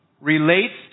relates